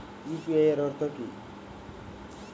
UPI এর অর্থ কি?